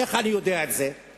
איך אני יודע את זה?